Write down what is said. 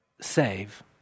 save